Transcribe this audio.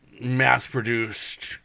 mass-produced